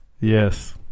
Yes